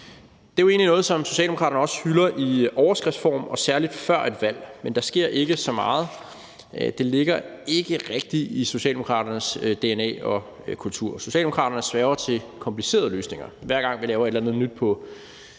egentlig noget, som Socialdemokraterne også hylder i overskriftsform, særlig før et valg, men der sker ikke så meget. Det ligger ikke rigtig i Socialdemokraternes dna og kultur. Socialdemokraternes sværger til komplicerede løsninger. Hver gang vi laver et eller andet nyt på